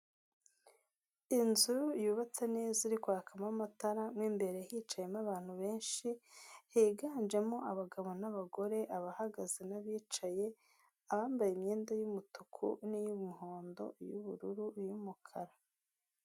Inzu yubatse neza iri kwakamo amatara, mo imbere hicayemo abantu benshi, higanjemo abagabo n'abagore, abahagaze n'abicaye, abambaye imyenda y'umutuku, n'iy'umuhondo, iy'ubururu, n'iy'umukara.